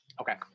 Okay